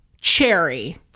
cherry